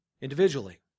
individually